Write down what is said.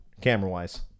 Camera-wise